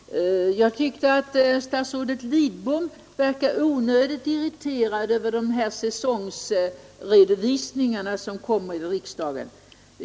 Herr talman! Jag tyckte att statsrådet Lidbom verkade onödigt irriterad över de här säsongsredovisningarna som vi får i riksdagen.